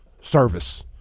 service